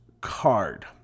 card